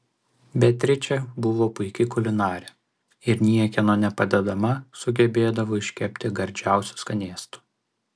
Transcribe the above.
beatričė buvo puiki kulinarė ir niekieno nepadedama sugebėdavo iškepti gardžiausių skanėstų